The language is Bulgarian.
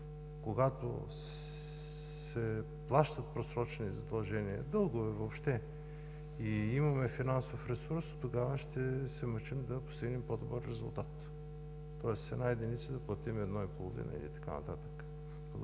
когато се плащат просрочени задължения, дългове въобще, и имаме финансов ресурс, тогава ще се мъчим да постигнем по-добър резултат – тоест с една единица да платим едно и половина и така нататък.